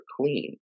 clean